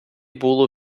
було